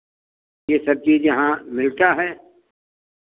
ये सब चीज़ यहाँ मिलता है